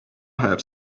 have